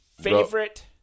favorite